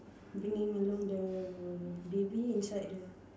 bringing along the baby inside the